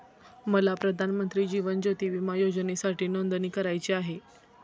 मला प्रधानमंत्री जीवन ज्योती विमा योजनेसाठी नोंदणी करायची आहे